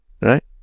right